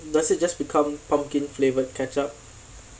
does it just become pumpkin flavoured ketchup